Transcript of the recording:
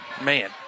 man